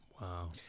Wow